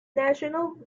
national